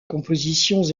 compositions